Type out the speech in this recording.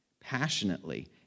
Passionately